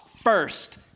first